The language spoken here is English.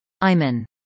Iman